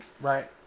right